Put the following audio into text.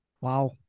Wow